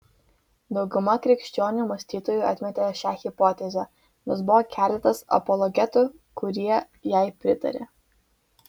dauguma krikščionių mąstytojų atmetė šią hipotezę nors buvo keletas apologetų kurie jai pritarė